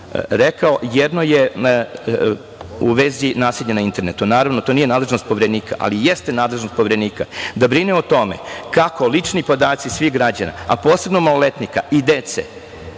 rekao. Jedno je u vezi nasilja na internetu. Naravno, to nije nadležnost Poverenika, ali jeste nadležnost Poverenika da brine o tome kako lični podaci svih građana, a posebno maloletnika i dece